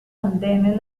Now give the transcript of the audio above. andenes